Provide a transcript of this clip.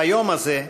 ביום הזה,